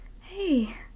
Hey